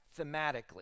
thematically